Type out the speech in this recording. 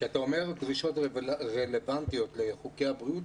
כשאתה אומר דרישות רלוונטיות, אתה